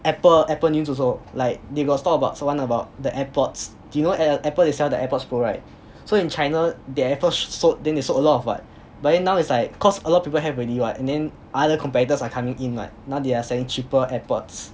apple apple news also like they got talk about one about the airpods do you know apple the apple itself the airpods pro right so in china the airpods sold then they sold a lot what but then now is like cause a lot of people have already what and then other competitors are coming in what now they are selling cheaper airpods